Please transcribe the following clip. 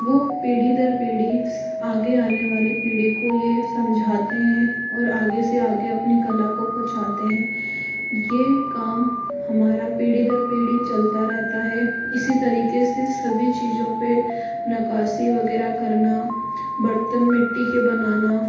वो पीढ़ी दर पीढ़ी आगे आने वाली पीढ़ी को यह समझाते हैं और आगे से आगे अपनी कला को पहुँचाते हैं यह काम हमारा पीढ़ी दर पीढ़ी चलता रहता है इसी तरीके से सभी चीजों पर नक्काशी वगैरह करना बर्तन मिट्टी के बनाना